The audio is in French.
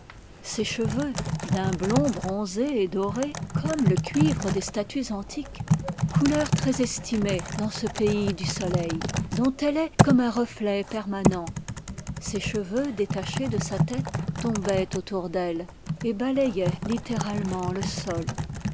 ses cheveux d'un blond bronzé et doré comme le cuivre des statues antiques couleur très estimée dans ce pays du soleil dont elle est comme un reflet permanent ses cheveux détachés de sa tête tombaient autour d'elle et balayaient littéralement le sol